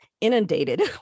inundated